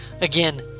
Again